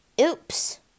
Oops